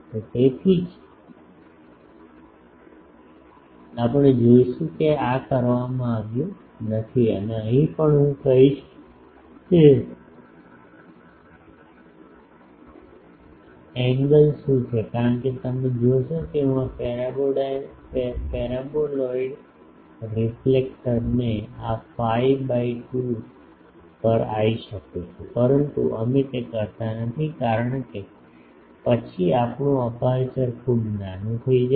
તેથી તેથી જ આપણે જોઈશું કે આ કરવામાં આવ્યું નથી અને અહીં પણ હું કહીશ કે એન્ગલ શું છે કારણ કે તમે જોશો કે હું આ પેરાબોલાઇડ રીફ્લેક્ટર ને આ phi by 2 પર આવી શકું છું પરંતુ અમે તે કરતા નથી કારણ કે પછી આપણું અપેર્ચર ખૂબ નાનું થઈ જાય છે